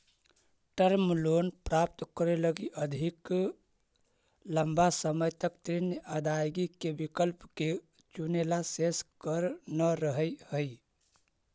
term loan प्राप्त करे लगी अधिक लंबा समय तक ऋण अदायगी के विकल्प के चुनेला शेष कर न रहऽ हई